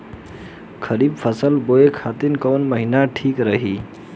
खरिफ फसल बोए खातिर कवन महीना ठीक रही?